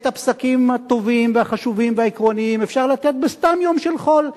את הפסקים הטובים והחשובים והעקרוניים אפשר לתת בסתם יום של חול.